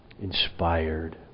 inspired